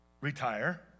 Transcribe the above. Retire